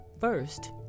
First